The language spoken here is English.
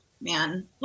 man